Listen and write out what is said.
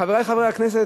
חברי חברי הכנסת,